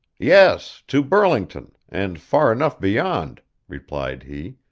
yes to burlington, and far enough beyond replied he.